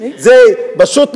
זה פשוט טירוף.